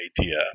idea